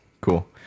Cool